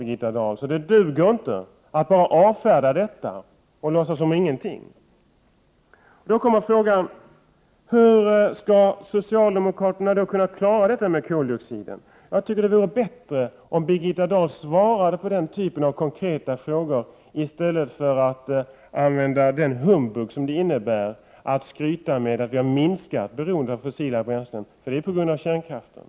Så det duger inte, Birgitta Dahl, att bara avfärda detta och låtsas som ingenting. Då kommer frågan: Hur skall socialdemokraterna klara detta med koldioxid? Det vore bättre om Birgitta Dahl svarade på konkreta frågor i stället för att komma med den humbug som det innebär att skryta med att vi har minskat beroendet av fossila bränslen, för det har ju skett tack vare kärnkraften.